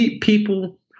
people